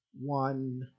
one